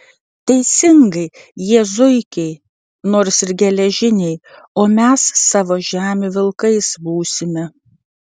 teisingai jie zuikiai nors ir geležiniai o mes savo žemių vilkais būsime